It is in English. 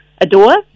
adore